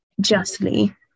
justly